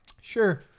Sure